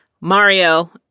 Mario